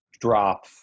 drop